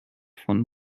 von